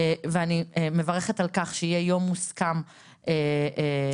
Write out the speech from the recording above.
ואני מברכת על כך שיהיה יום מוסכם בפגרה